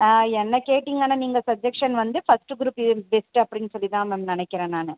என்ன கேட்டிங்கன்னா நீங்கள் சட்ஜஷன் வந்து ஃபஸ்ட்டு குரூப்பு இஸ் பெஸ்ட்டு அப்படின்னு சொல்லிதான் மேம் நெனைக்கிறேன் நான்